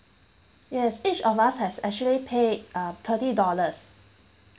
yes each of us has actually paid uh thirty dollars